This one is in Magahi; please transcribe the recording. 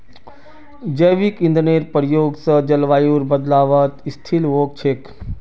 जैविक ईंधनेर प्रयोग स जलवायुर बदलावत स्थिल वोल छेक